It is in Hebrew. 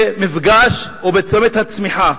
במפגש או בצומת הצמיחה.